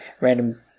random